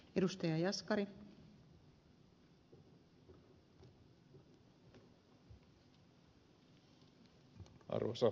arvoisa rouva puhemies